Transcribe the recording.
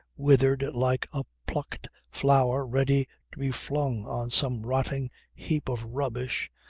withered like a plucked flower ready to be flung on some rotting heap of rubbish,